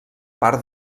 part